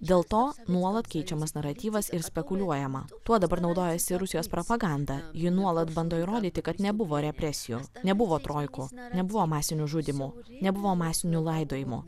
dėl to nuolat keičiamas naratyvas ir spekuliuojama tuo dabar naudojasi rusijos propaganda ji nuolat bando įrodyti kad nebuvo represijų nebuvo troikų nebuvo masinių žudymų nebuvo masinių laidojimų